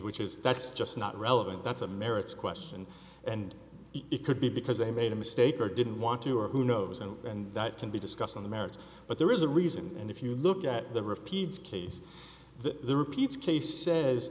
which is that's just not relevant that's a merits question and it could be because they made a mistake or didn't want to or who knows and that can be discussed on the merits but there is a reason and if you look at the repeats case the repeats case says